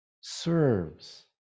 serves